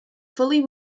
fully